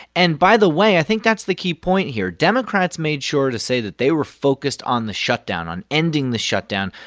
and by the way, i think that's the key point here. democrats made sure to say that they were focused on the shutdown on ending the shutdown,